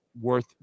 worth